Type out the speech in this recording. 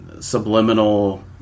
subliminal